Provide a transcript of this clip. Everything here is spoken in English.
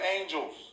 angels